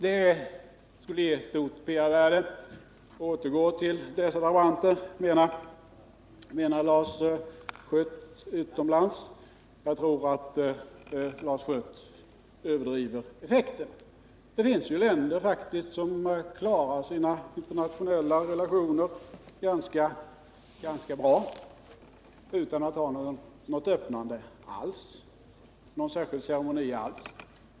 Det skulle ha stort PR-värde utomlands om vi återgick till dessa drabanter, menar Lars Schött. Jag tror att han överdriver effekten. Det finns faktiskt länder som klarar sina internationella relationer ganska bra utan att ha någon särskild ceremoni alls.